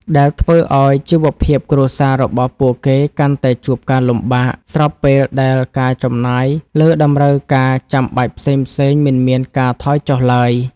ដែលធ្វើឱ្យជីវភាពគ្រួសាររបស់ពួកគេកាន់តែជួបការលំបាក ស្របពេលដែលការចំណាយលើតម្រូវការចាំបាច់ផ្សេងៗមិនមានការថយចុះឡើយ។